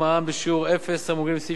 המעוגנים בסעיף 30 לחוק מס ערך מוסף,